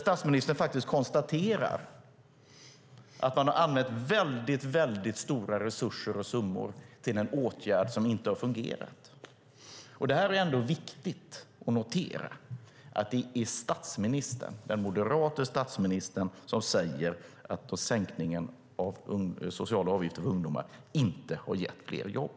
Statsministern konstaterar faktiskt att man har använt väldigt stora resurser och summor till en åtgärd som inte har fungerat. Det är ändå viktigt att notera att det är den moderate statsministern som säger att sänkningen av sociala avgifter för ungdomar inte har gett fler jobb.